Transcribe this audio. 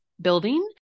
building